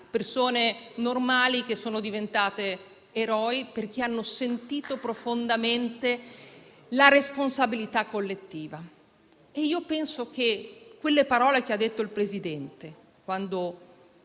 persone normali che sono diventate eroi perché hanno sentito profondamente la responsabilità collettiva. Penso alle parole pronunciate dal Presidente della